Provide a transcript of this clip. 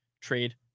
trade